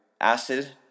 acid